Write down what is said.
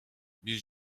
биз